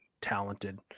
talented